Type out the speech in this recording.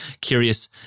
Curious